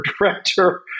director